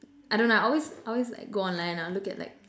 I don't know I always I always like go online lah look at like